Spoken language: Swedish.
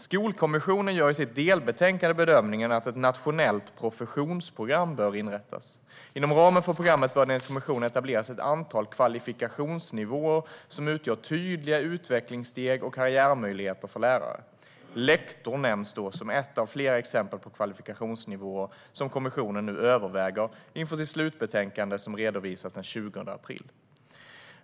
Skolkommissionen gör i sitt delbetänkande bedömningen att ett nationellt professionsprogram bör inrättas. Inom ramen för programmet bör det enligt kommissionen etableras ett antal kvalifikationsnivåer som utgör tydliga utvecklingssteg och karriärmöjligheter för lärare. Lektor nämns som ett av flera exempel på kvalifikationsnivåer som kommissionen nu överväger inför sitt slutbetänkande, som redovisas den 20 april.